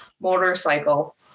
motorcycle